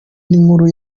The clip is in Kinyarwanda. n’inkuru